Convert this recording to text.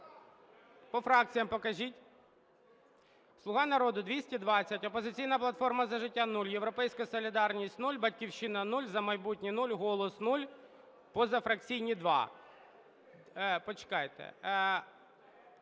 По фракціях покажіть. "Слуга народу" – 220, "Опозиційна платформа - За життя" – 0, "Європейська солідарність" – 0, "Батьківщина" – 0, "За майбутнє" – 0, "Голос" – 0, позафракційні – 2. Почекайте.